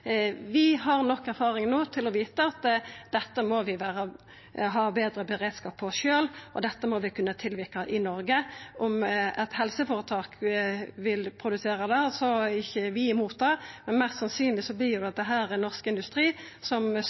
vi har nok erfaring no til å vita at dette må vi ha betre beredskap på sjølve, og vi må kunna tilverka det i Noreg. Om eit helseføretak vil produsera det, er ikkje vi imot det. Mest sannsynleg vert dette Norsk Industri, som